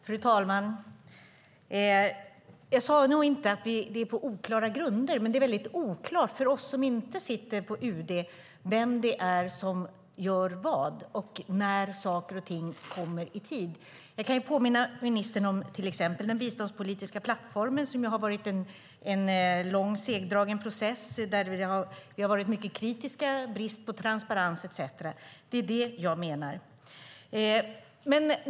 Fru talman! Jag sade nog inte att det är på oklara grunder, men det är väldigt oklart för oss som inte sitter i Utrikesdepartementet vem det är som gör vad och när saker och ting kommer i tid. Jag kan påminna ministern om till exempel den biståndspolitiska plattformen, som har varit en segdragen process, där vi har varit mycket kritiska mot brist på transparens etcetera. Det är det jag menar.